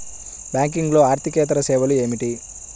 బ్యాంకింగ్లో అర్దికేతర సేవలు ఏమిటీ?